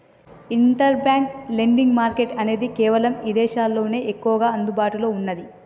inter bank lending market అనేది కేవలం ఇదేశాల్లోనే ఎక్కువగా అందుబాటులో ఉన్నాది